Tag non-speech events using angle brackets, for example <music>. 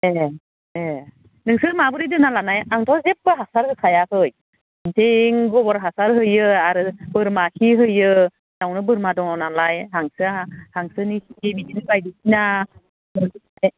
ए ए नोंसो माबोरै दोनना लानाय आंथ' जेब्बो हासार होखायाखै जे गबर हासार होयो आरो बोरमा खि होयो न'आवनो बोरमा दङनालाय हांसो हांसोनि खि बिदिनो बायदिसिना <unintelligible>